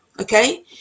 okay